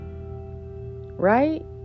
right